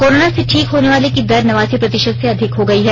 corona से ठीक होने वालों की दर नवासी प्रतिशत से अधिक हो गई है